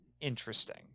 interesting